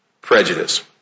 prejudice